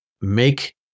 make